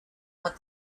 what